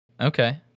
Okay